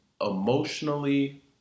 Emotionally